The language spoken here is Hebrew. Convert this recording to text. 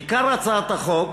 עיקר הצעת החוק